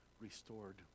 restored